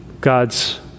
God's